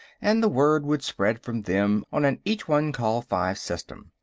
and the word would spread from them on an each-one-call-five system.